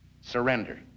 surrender